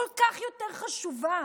כל כך יותר חשובה,